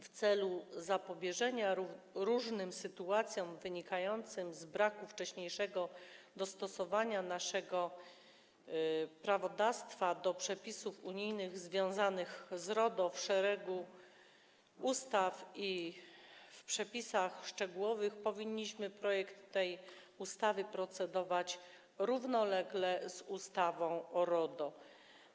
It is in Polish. W celu zapobieżenia różnym sytuacjom, wynikającym z braku wcześniejszego dostosowania naszego prawodawstwa do przepisów unijnych związanych z RODO w przypadku szeregu ustaw i przepisów szczegółowych, powinniśmy nad projektem tej ustawy procedować równolegle z ustawą o RODO.